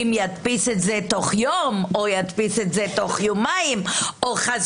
אם ידפיס את זה תוך יום או ידפיס את זה תוך יומיים או חס